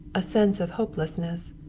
a sense of hopelessness.